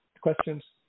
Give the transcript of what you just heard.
questions